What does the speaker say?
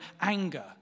anger